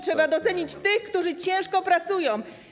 Trzeba docenić tych, którzy ciężko pracują.